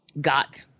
got